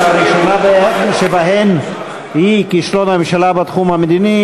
שהראשונה שבהן היא: כישלון הממשלה בתחום המדיני,